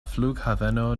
flughaveno